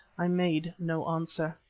i made no answer.